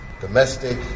domestic